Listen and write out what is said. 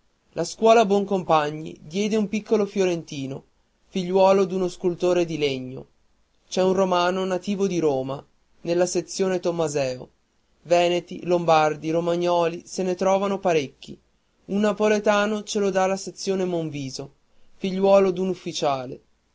la scuola boncompagni diede un piccolo fiorentino figliuolo d'uno scultore in legno c'era un romano nativo di roma nella sezione tommaseo veneti lombardi romagnoli se ne trovarono parecchi un napoletano ce lo dà la sezione monviso figliuolo d'un ufficiale